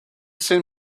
seen